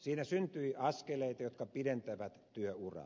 siinä syntyi askeleita jotka pidentävät työuraa